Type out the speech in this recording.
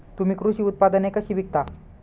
तुम्ही कृषी उत्पादने कशी विकता?